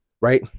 right